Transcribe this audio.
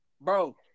Bro